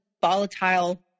volatile